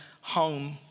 home